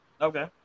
Okay